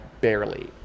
barely